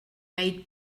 made